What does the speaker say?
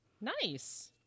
Nice